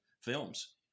films